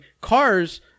cars